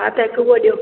हा त हिकु उहो ॾियो